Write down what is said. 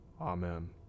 Amen